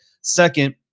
Second